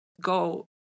go